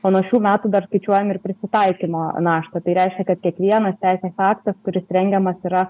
o nuo šių metų dar skaičiuojam ir prisitaikymo naštą tai reiškia kad kiekvienas teisės aktas kuris rengiamas yra